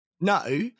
no